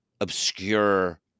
obscure